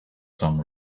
some